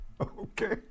Okay